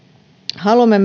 haluamme